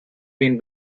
been